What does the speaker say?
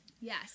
yes